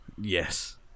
yes